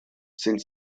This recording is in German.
sind